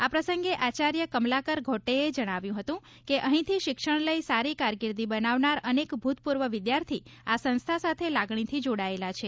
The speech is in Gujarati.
આ પ્રસંગે આચાર્ય કમલાકર ઘોટટેએ જણાવ્યું હતું કે અહીંથી શિક્ષણ લઇ સારી કારકિર્દી બનાવનાર અનેક ભૂતપૂર્વ વિદ્યાર્થી આ સંસ્થા સાથે લાગણીથી જોડાયેલા છે